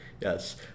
yes